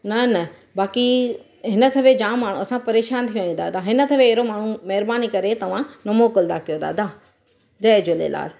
न न बाक़ी हिन दफ़े जाम मां असां परेशान थी विया आहियूं दादा हिन करे अहिड़ो माण्हू महिरबानी करे तव्हां न मोकिलिंदा कयो दादा जय झूलेलाल